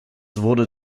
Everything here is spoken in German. wurde